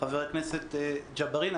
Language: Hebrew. חבר הכנסת ג'בארין.